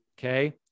Okay